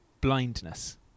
blindness